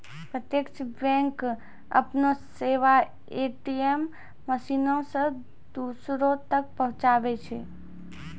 प्रत्यक्ष बैंक अपनो सेबा ए.टी.एम मशीनो से दूरो तक पहुचाबै छै